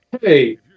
hey